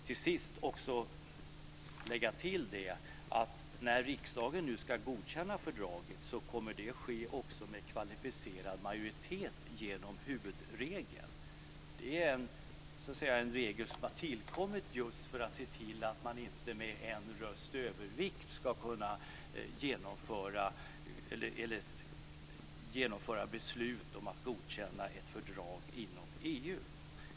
Till sist vill jag tillägga att när riksdagen nu ska godkänna fördraget ska det enligt huvudregeln ske med kvalificerad majoritet. Det är en regel som har kommit till just för att man inte med bara en rösts övervikt ska kunna fatta beslut om att godkänna ett fördrag inom EU.